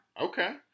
Okay